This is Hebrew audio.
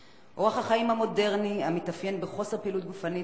האינסולין, המביא לריכוז גבוה של גלוקוז בגוף.